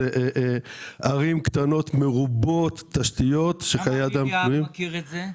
למה אמיר יהב מכיר את זה?